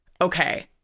Okay